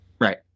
Right